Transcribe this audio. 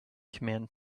command